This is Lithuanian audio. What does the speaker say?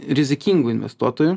rizikingu investuotoju